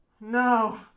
no